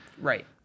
Right